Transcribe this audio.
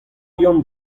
yann